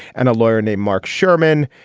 and a lawyer named mark sherman.